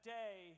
day